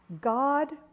God